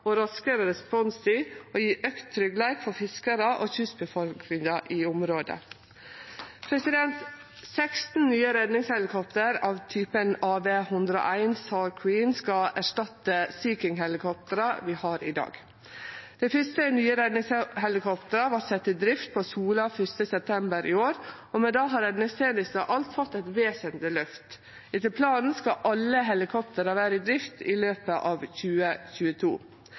og raskare responstid og gje auka tryggleik for fiskarar og kystbefolkninga i området. 16 nye redningshelikopter av typen AW101 SAR Queen skal erstatte Sea King-helikoptra vi har i dag. Dei første nye redningshelikoptra vart sette i drift på Sola 1. september i år, og med det har redningstenesta alt fått eit vesentleg løft. Etter planen skal alle helikoptra vere i drift i løpet av 2022.